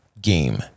game